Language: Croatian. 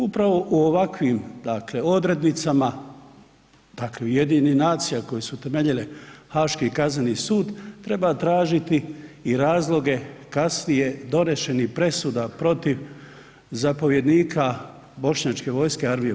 Upravo u ovakvim dakle odrednicama dakle UN-a koje su temeljile Haški kazneni sud treba tražiti i razloge kasnije donešenih presuda protiv zapovjednika Bošnjačke vojske Armije BiH.